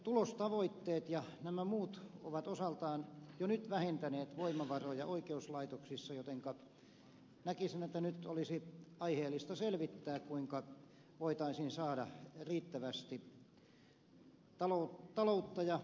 tulostavoitteet ja nämä muut ovat osaltaan jo nyt vähentäneet voimavaroja oikeuslaitoksissa jotenka näkisin että nyt olisi aiheellista selvittää kuinka voitaisiin saada riittävästi taloutta ja budjettia taakse